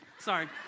Sorry